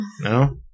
No